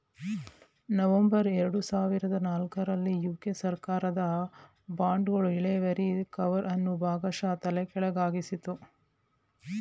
November ಎರಡು ಸಾವಿರದ ನಾಲ್ಕು ರಲ್ಲಿ ಯು.ಕೆ ಸರ್ಕಾರದ ಬಾಂಡ್ಗಳ ಇಳುವರಿ ಕರ್ವ್ ಅನ್ನು ಭಾಗಶಃ ತಲೆಕೆಳಗಾಗಿಸಿತ್ತು